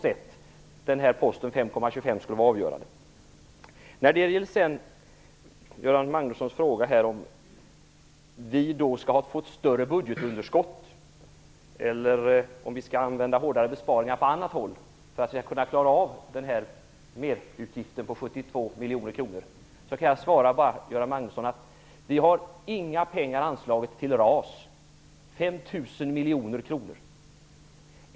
Jag tror inte att posten på 5,25 miljoner på något sätt skulle vara avgörande. Göran Magnusson frågade om vi accepterar ett större budgetunderskott eller om vi vill göra hårdare besparingar på annat håll för att klara merutgiften på 72 miljoner kronor. Jag kan då svara Göran Magnusson att vi inte har anslagit några pengar till RAS - 5 000 miljoner kronor.